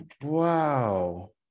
Wow